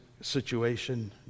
situation